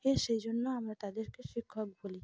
এ সেই জন্য আমরা তাদেরকে শিক্ষক বলি